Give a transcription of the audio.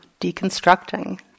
deconstructing